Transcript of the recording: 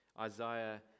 Isaiah